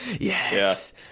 Yes